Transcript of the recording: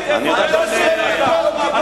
יש